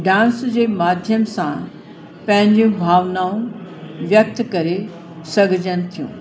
dance जे माध्यम सां पंहिंजूं भावनाऊं व्यक्त करे सघजनि थियूं